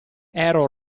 ero